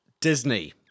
Disney